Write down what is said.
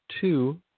two